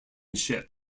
ship